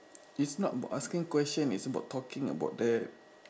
it's not about asking questions it's about talking about that